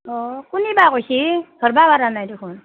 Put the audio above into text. অঁ কুনি বা কৈছে ধৰিব পৰা নাই দেখোন